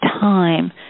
time